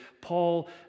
Paul